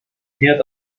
head